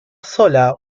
sola